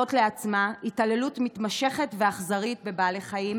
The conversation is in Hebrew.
לעצמה התעללות מתמשכת ואכזרית בבעלי חיים,